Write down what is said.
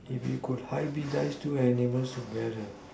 if you could hybridize two animals together